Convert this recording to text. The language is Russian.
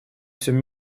всем